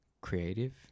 creative